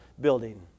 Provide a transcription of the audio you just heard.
building